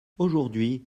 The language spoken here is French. aujourd’hui